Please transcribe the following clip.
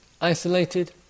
isolated